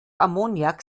ammoniak